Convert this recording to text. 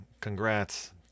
congrats